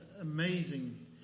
amazing